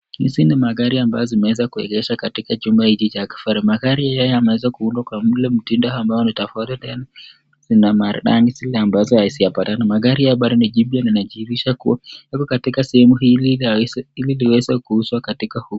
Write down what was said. Hizi ni magari ambayo zimeza kuegeshwa katika nyumba hii ya magari, magari kundwa kwa ile mtindo ya ambayo lina maridadi, magari haya ni jipya yanaonekana yapo katika sehemu hii ili waweze kuizwa.